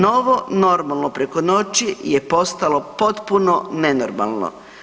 Novo normalno preko noći je postalo potpuno nenormalno.